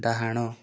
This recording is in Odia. ଡାହାଣ